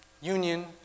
Union